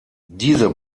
diese